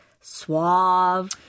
suave